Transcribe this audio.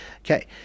Okay